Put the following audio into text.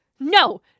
No